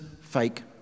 fake